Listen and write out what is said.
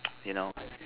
you know